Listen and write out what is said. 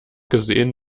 gesehen